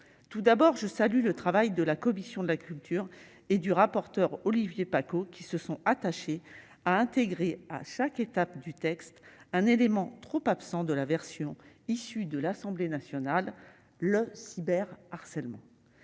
tout d'abord je salue le travail de la commission de la culture et du rapporteur, Olivier Paccaud, qui se sont attachés à intégrer, à chaque étape du texte, un élément trop absent de la version issue de l'Assemblée nationale, le cyber harcèlement